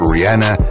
Rihanna